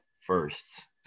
firsts